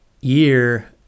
year